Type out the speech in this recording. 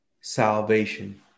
salvation